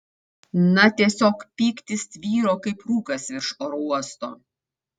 na tiesiog pyktis tvyro kaip rūkas virš oro uosto